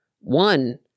One